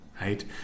right